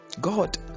god